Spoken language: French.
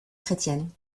chrétienne